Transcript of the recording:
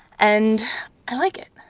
and i like it.